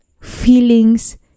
feelings